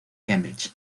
cambridge